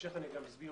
ובהמשך אני גם אסביר.